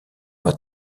pas